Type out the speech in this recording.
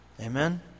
Amen